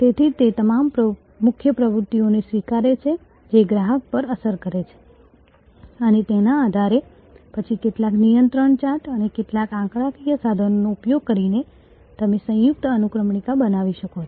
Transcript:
તેથી તે તમામ મુખ્ય પ્રવૃત્તિઓને સ્વીકારે છે જે ગ્રાહક પર અસર કરે છે અને તેના આધારે પછી કેટલાક નિયંત્રણ ચાર્ટ અને કેટલાક આંકડાકીય સાધનોનો ઉપયોગ કરીને તમે સંયુક્ત અનુક્રમણિકા બનાવી શકો છો